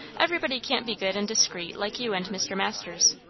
everybody can't be good and discreet like you and mr. masters.